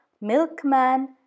milkman